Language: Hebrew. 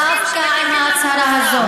דווקא עם ההצהרה הזאת,